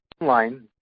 Line